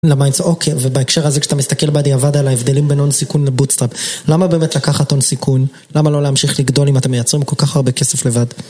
למה אינס... אוקיי, ובהקשר הזה כשאתה מסתכל בדיעבד על ההבדלים בין הון סיכון לבוטסטאפ, למה באמת לקחת הון סיכון? למה לא להמשיך לגדול אם אתם מייצרים כל כך הרבה כסף לבד?